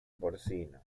porcino